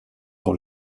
dans